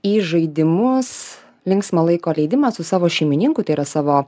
į žaidimus linksmą laiko leidimą su savo šeimininku tai yra savo